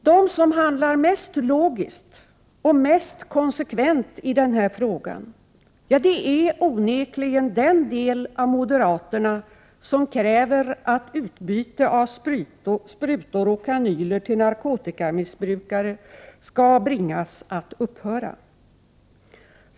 De som handlar mest logiskt och mest konsekvent i den här frågan är onekligen de moderater som kräver att utbyte av sprutor och kanyler till narkotikamissbrukare skall bringas att upphöra.